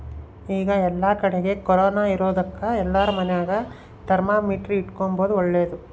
ಈಗ ಏಲ್ಲಕಡಿಗೆ ಕೊರೊನ ಇರೊದಕ ಎಲ್ಲಾರ ಮನೆಗ ಥರ್ಮಾಮೀಟರ್ ಇಟ್ಟುಕೊಂಬದು ಓಳ್ಳದು